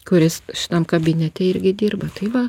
kuris šitam kabinete irgi dirba tai va